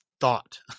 thought